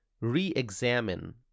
re-examine